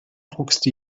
druckste